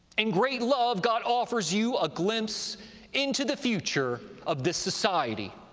in great love god offers you a glimpse into the future of this society.